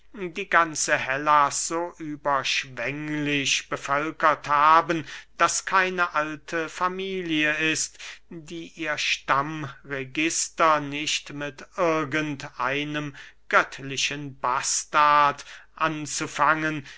die ganze hellas so überschwänglich bevölkert haben daß keine alte familie ist die ihr stammregister nicht mit irgend einem göttlichen bastard anzufangen